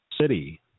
city